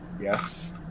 Yes